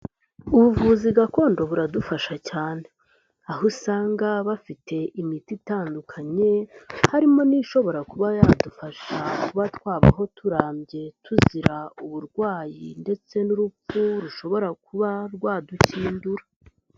Ubuvuzi gakondo buradufasha cyane. Aho usanga bafite imiti itandukanye, harimo n'ishobora kuba yadufasha kuba twabaho turambye tuzira uburwayi ndetse n'urupfu rushobora kuba rwadukindura.